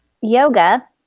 yoga